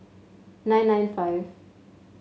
nine nine five